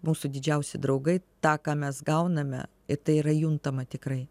mūsų didžiausi draugai tą ką mes gauname ir tai yra juntama tikrai